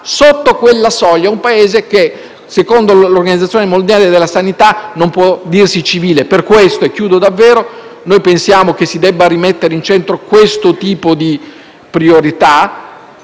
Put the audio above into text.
sotto quella soglia è un Paese che, secondo l'Organizzazione mondiale della sanità, non può dirsi civile. Per questo - e chiudo davvero - noi pensiamo che si debba rimettere al centro questo tipo di priorità.